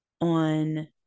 on